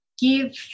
give